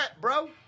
bro